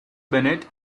bennett